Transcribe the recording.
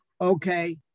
okay